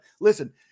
Listen